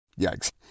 Yikes